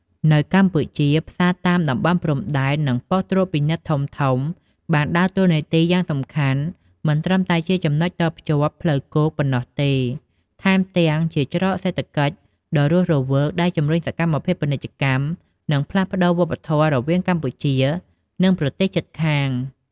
នៅកម្ពុជា ផ្សារតាមតំបន់ព្រំដែន និងប៉ុស្តិ៍ត្រួតពិនិត្យធំៗបានដើរតួនាទីយ៉ាងសំខាន់ មិនត្រឹមតែជាចំណុចតភ្ជាប់ផ្លូវគោកប៉ុណ្ណោះទេ ថែមទាំងជា ច្រកសេដ្ឋកិច្ចដ៏រស់រវើក ដែលជំរុញសកម្មភាពពាណិជ្ជកម្ម និងផ្លាស់ប្តូរវប្បធម៌រវាងកម្ពុជា និងប្រទេសជិតខាង។